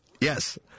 Yes